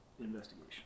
Investigation